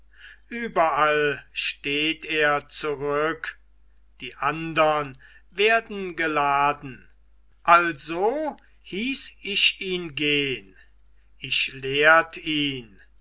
überall steht er zurück die andern werden geladen also hieß ich ihn gehn ich lehrt ihn